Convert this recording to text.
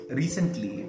recently